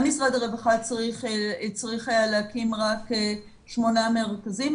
משרד הרווחה צריך היה להקים רק שמונה מרכזים,